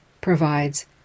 provides